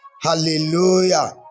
Hallelujah